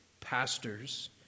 pastors